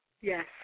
Yes